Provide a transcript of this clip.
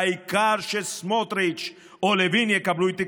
העיקר שסמוטריץ' או לוין יקבלו את תיק